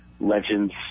legends